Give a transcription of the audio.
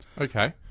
Okay